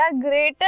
greater